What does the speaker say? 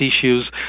issues